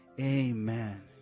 Amen